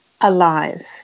alive